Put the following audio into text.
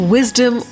Wisdom